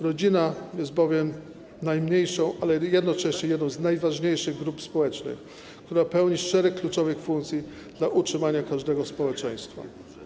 Rodzina jest bowiem najmniejszą, ale jednocześnie jedną z najważniejszych grup społecznych, która pełni szereg funkcji kluczowych dla utrzymania każdego społeczeństwa.